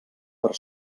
per